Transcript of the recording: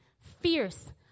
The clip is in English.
fierce